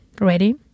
Ready